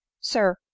sir